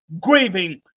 grieving